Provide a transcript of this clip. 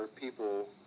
people